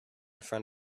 front